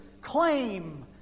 claim